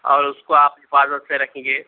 اور اس کو آپ حفاظت سے رکھیں گے